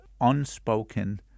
unspoken